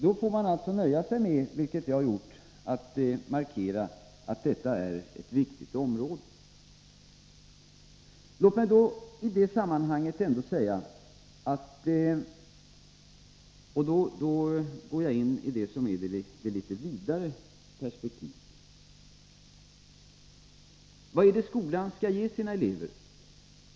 Då får man alltså nöja sig med — vilket jag har gjort — att markera att detta är ett viktigt område. Låt mig i det sammanhanget ändå gå in på det litet vidare perspektivet. Vad är det som skolan skall ge sina elever?